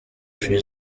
free